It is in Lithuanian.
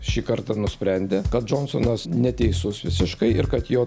šį kartą nusprendė kad džonsonas neteisus visiškai ir kad jo